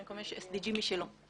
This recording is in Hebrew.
לשלטון המקומי יש SDG משלו.